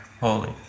Holy